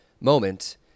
moment